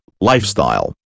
lifestyle